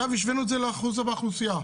השווינו את זה לאחוזם באוכלוסייה.